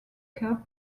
cup